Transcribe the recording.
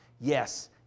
yes